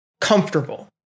comfortable